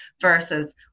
versus